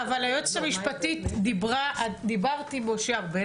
אבל היועצת המשפטית דיברה עם משה ארבל